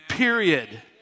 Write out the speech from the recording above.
Period